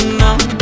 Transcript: now